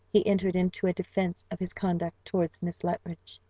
he entered into a defence of his conduct towards miss luttridge.